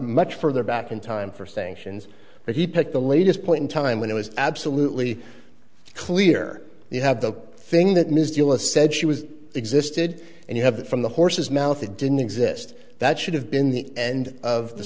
much further back in time for sanctions but he picked the latest point in time when it was absolutely clear you have the thing that misdeal a said she was existed and you have that from the horse's mouth it didn't exist that should have been the end of the